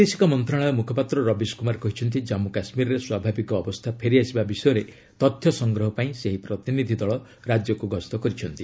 ବୈଦେଶିକ ମନ୍ତ୍ରଣାଳୟ ମୁଖପାତ୍ର ରବିଶ କୁମାର କହିଛନ୍ତି ଜାନ୍ମୁ କାଶ୍କୀରରେ ସ୍ୱାଭାବିକ ଅବସ୍ଥା ଫେରିଆସିବା ବିଷୟରେ ତଥ୍ୟ ସଂଗ୍ରହ ପାଇଁ ସେହି ପ୍ରତିନିଧି ଦଳ ରାଜ୍ୟକୁ ଗସ୍ତ କରିଛନ୍ତି